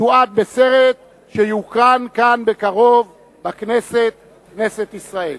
תועד בסרט שיוקרן כאן בקרוב, בכנסת, כנסת ישראל.